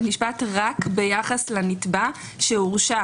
רק ביחס לנתבע שהורשע,